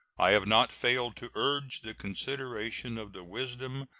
i have not failed to urge the consideration of the wisdom,